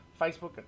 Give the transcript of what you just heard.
Facebook